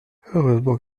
heureusement